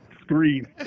Screen